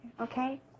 Okay